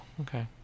okay